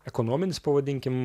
ekonominis pavadinkim